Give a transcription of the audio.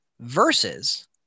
versus